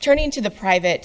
turning to the private